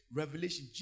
revelation